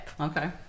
Okay